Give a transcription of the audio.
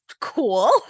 cool